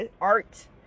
art